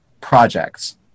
projects